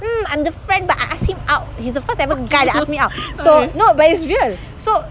hmm I'm the friend but I ask him out he's the first ever guy that asked me out so no but it's real so